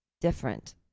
different